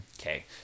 Okay